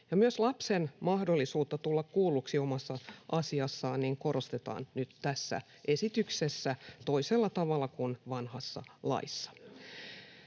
Myös lapsen mahdollisuutta tulla kuulluksi omassa asiassaan korostetaan nyt tässä esityksessä toisella tavalla kuin vanhassa laissa.